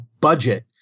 budget